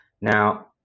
Now